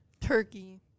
Turkey